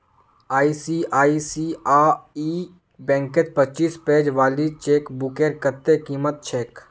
ICICI बैंकत पच्चीस page वाली चेकबुकेर कत्ते कीमत छेक